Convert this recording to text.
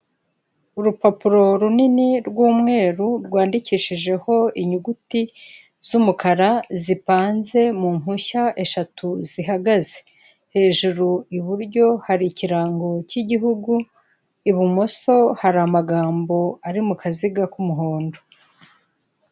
Urupapuro runini rw'umweru rwandikishijeho inyuguti z'umukara zipanze mu mpushya eshatu zihagaze, hejuru iburyo hari ikirango cy'igihugu, ibumoso hari amagambo ari mu kaziga k'umuhondo.